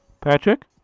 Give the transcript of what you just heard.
Patrick